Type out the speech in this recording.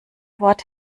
wort